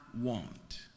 want